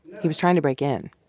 he was trying to break in